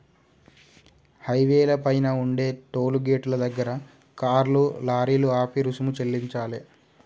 హైవేల పైన ఉండే టోలు గేటుల దగ్గర కార్లు, లారీలు ఆపి రుసుము చెల్లించాలే